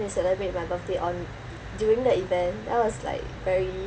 celebrate my birthday on during the event that was like very